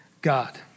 God